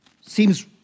seems